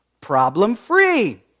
problem-free